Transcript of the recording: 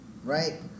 right